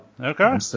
Okay